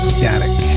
Static